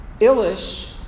Ilish